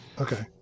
Okay